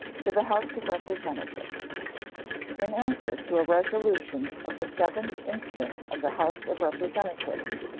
to the house of representatives in answer to a resolution of the seventh instant of the house of representatives,